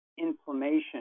inflammation